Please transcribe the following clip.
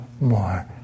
more